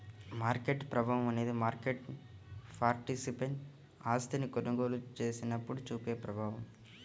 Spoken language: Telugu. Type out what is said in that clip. మార్కెట్ ప్రభావం అనేది మార్కెట్ పార్టిసిపెంట్ ఆస్తిని కొనుగోలు చేసినప్పుడు చూపే ప్రభావం